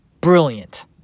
Brilliant